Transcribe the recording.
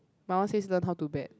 my one says learn how to bet